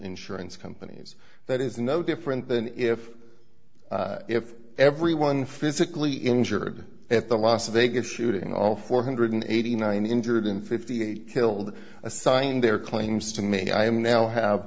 insurance companies that is no different than if if everyone physically injured at the las vegas shooting all four hundred eighty nine injured in fifty eight killed assigning their claims to me i am now have